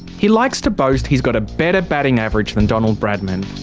he likes to boast he's got a better batting average than donald bradman.